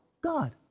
God